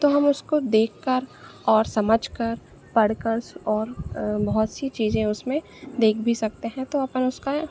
तो हम उसको देखकर और समझकर पढ़कर और बहुत सी चीज़ें उसमें देख भी सकते हैं तो अपन उसका